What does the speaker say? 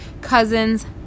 cousins